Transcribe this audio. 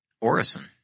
Orison